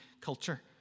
culture